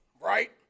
right